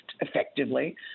effectively